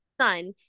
son